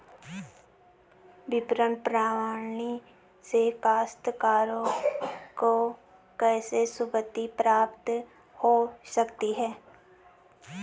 विपणन प्रणाली से काश्तकारों को कैसे सुविधा प्राप्त हो सकती है?